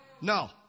No